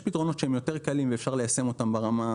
יש פתרונות שהם יותר קלים ואפשר ליישם אותם ברמה,